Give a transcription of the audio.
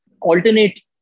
Alternate